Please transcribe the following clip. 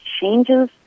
changes